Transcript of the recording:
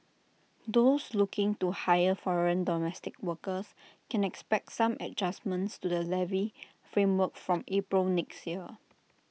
those looking to hire foreign domestic workers can expect some adjustments to the levy framework from April next year